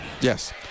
Yes